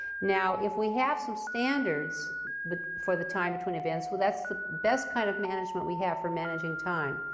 now, if we have some standards but for the time between events, well that's the best kind of management we have for managing time.